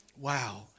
Wow